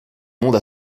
monde